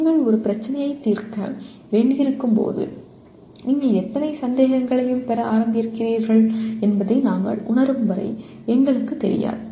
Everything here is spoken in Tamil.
நீங்கள் ஒரு பிரச்சினையை தீர்க்க வேண்டியிருக்கும் போது நீங்கள் எத்தனை சந்தேகங்களையும் பெற ஆரம்பிக்கிறீர்கள் என்பதை நாங்கள் உணரும் வரை எங்களுக்குத் தெரியாது